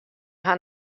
har